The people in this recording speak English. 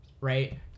Right